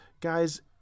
guys